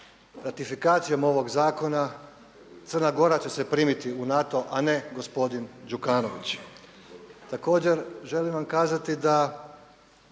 ratifikacijom ovog zakona Crna Gora će se primiti u NATO a ne gospodin Đukanović. Također, želim vam kazati da